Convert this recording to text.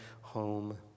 home